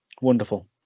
wonderful